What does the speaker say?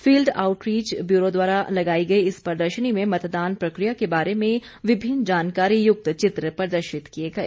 field outreach bureau द्वारा लगाई गई इस प्रदर्शनी में मतदान प्रक्रिया के बारे में विभिन्न जानकारीयुक्त चित्र प्रदर्शित किए गए